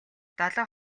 долоо